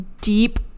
deep